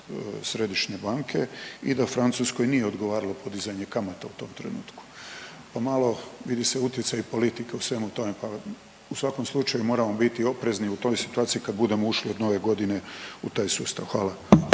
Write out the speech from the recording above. Središnje banke i da Francuskoj nije odgovaralo podizanje kamata u tom trenutku, pa malo vidi se utjecaj i politike u svemu tome, pa u svakom slučaju moramo biti oprezni u toj situaciji kad budemo ušli od nove godine u taj sustav. Hvala.